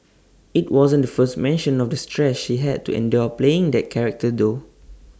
IT wasn't the first mention of the stress she had to endure playing that character though